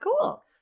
Cool